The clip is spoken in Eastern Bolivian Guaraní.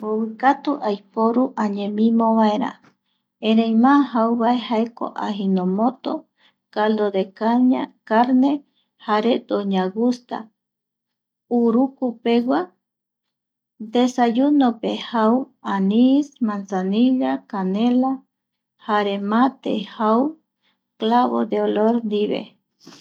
Mbovikatu aiporu añemimovaera, erei má jauvae jaeko ajinomoto, caldo de caña, carne jare doña guta, urupegua desayuno pe jau anís, mansanilla canela jare mate jau clavo de olor ndive